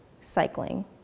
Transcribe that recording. cycling